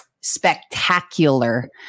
spectacular